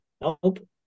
Nope